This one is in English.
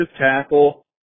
tackle